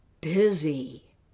Busy